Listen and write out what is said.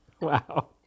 Wow